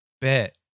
Bet